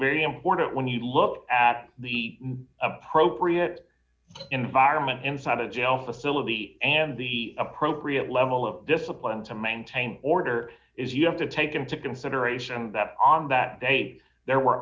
very important when you look at the appropriate environment inside a jail facility and the appropriate level of discipline to maintain order is you have to take into consideration that on that day there were